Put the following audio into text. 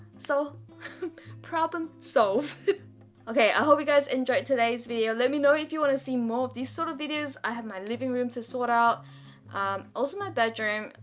so problem-solve so okay. i hope you guys enjoyed today's video. let me know if you want to see more of these sort of videos i have my living room to sort out also my bedroom,